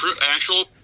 Actual